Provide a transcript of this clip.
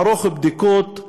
לערוך בדיקות,